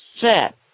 set